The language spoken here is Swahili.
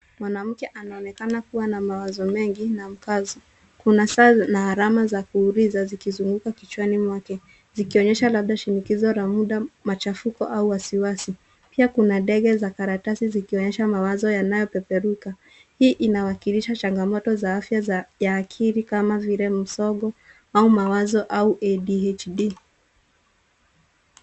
Mwanamke anaonekana kuwa na mawazo mengi na mkazo. Kuna saa na alama za kuuliza zikizunguka kichwani mwake zikionyesha labda shinikizo la muda, machafuko au wasiwasi. Pia kuna ndege za karatasi zikionyesha mawazo yanayopeperuka. Hii inawakilisha changamoto za afya ya akili kama vile msongo au mawazo au ADHD .